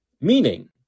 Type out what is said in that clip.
meaning